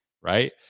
right